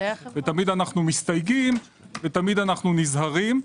ותמיד אנחנו מסתייגים ותמיד אנחנו נזהרים,